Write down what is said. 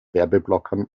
werbeblockern